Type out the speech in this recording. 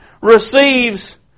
receives